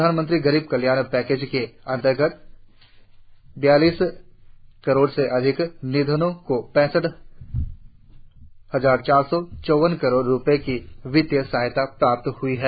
प्रधानमंत्री गरीब कल्याण पैकेज के अंतर्गत बयालिस करोड़ से अधिक निर्धनों को पैंसठ हजार चार सौ चौवन करोड़ रुपये की वित्तीय सहायता प्राप्त हुई है